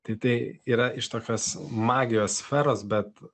tai tai yra iš tokios magijos sferos bet